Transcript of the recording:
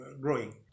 growing